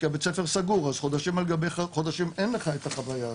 כי בית הספר סגור אז חודשים על גבי חודשים אין לך את החוויה הזו.